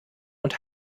und